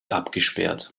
abgesperrt